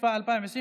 התשפ"א 2020,